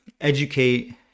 educate